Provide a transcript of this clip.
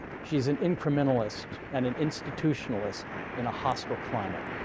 she's an incrementalist and an institutionalist in a hostile climate.